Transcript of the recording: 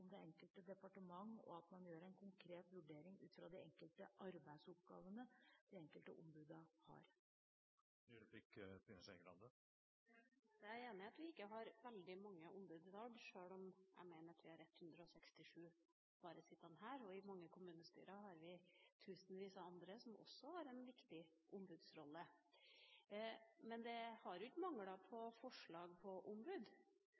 det enkelte departement gjør en konkret vurdering ut fra de enkelte arbeidsoppgavene de enkelte ombudene har. Jeg er enig i at vi ikke har veldig mange ombud i dag, sjøl om jeg mener at vi har 169 sittende bare her. Og i mange kommunestyrer har vi tusenvis av andre, som også har en viktig ombudsrolle. Men det har ikke manglet på forslag på ombud, det har heller ikke i denne salen manglet på forslag på alle mulige slags ombud.